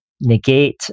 negate